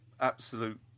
absolute